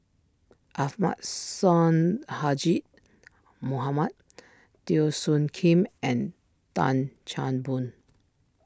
Ahmad Sonhadji Mohamad Teo Soon Kim and Tan Chan Boon